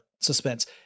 suspense